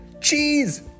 Cheese